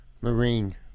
Marine